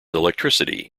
electricity